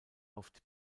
oft